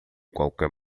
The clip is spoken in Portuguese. qualquer